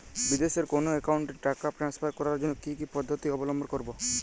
বিদেশের কোনো অ্যাকাউন্টে টাকা ট্রান্সফার করার জন্য কী কী পদ্ধতি অবলম্বন করব?